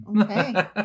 Okay